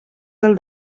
del